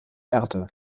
erde